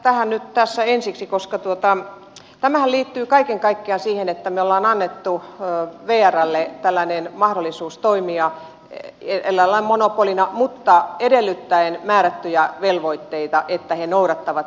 vastaan nyt tähän tässä ensiksi koska tämähän liittyy kaiken kaikkiaan siihen että me olemme antaneet vrlle tällaisen mahdollisuuden toimia eräällä lailla monopolina mutta edellyttäen määrättyjä velvoitteita joita he sitten myöskin noudattavat